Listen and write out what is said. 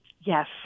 Yes